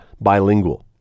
bilingual